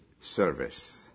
service